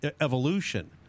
evolution